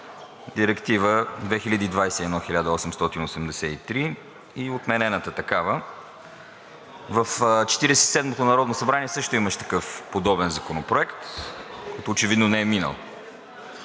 Директива 2021/1883 и отменената такава. В Четиридесет и седмото народно събрание също имаше такъв подобен законопроект, който очевидно не е минал.